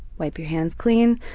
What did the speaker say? wipe your hands clean,